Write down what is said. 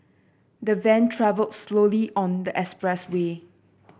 the van travelled slowly on the expressway